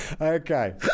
Okay